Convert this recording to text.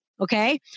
okay